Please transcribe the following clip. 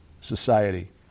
society